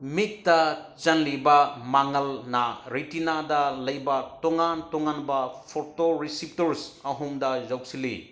ꯃꯤꯠꯇ ꯆꯪꯉꯤꯕ ꯃꯉꯥꯜꯅ ꯔꯦꯇꯤꯅꯥꯗ ꯂꯩꯕ ꯇꯣꯉꯥꯟ ꯇꯣꯉꯥꯟꯕ ꯐꯣꯇꯣ ꯔꯤꯁꯤꯞꯇꯔꯁ ꯑꯍꯨꯝꯗ ꯌꯧꯁꯤꯜꯂꯤ